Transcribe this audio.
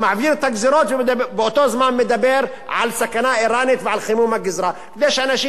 ובאותו זמן מדבר על סכנה אירנית ועל חימום הגזרה כדי שהאנשים ישבו בבית,